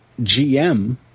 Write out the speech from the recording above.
GM